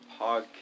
podcast